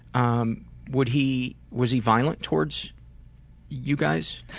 um would he, was he violent towards you guys?